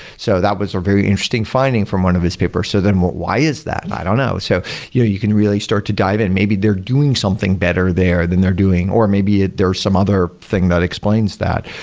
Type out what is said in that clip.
so that was a very interesting finding from one of his paper. so then why is that? i don't know. so you know you can really start to dive in. maybe they're doing something better there than they're doing, or maybe ah there are some other thing that explains that,